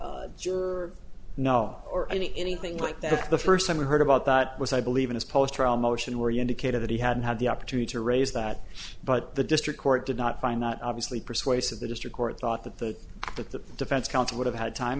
juror no or anything like that the first time we heard about that was i believe in his post trial motion where he indicated that he hadn't had the opportunity to raise that but the district court did not find that obviously persuasive the district court thought that the that the defense counsel would have had time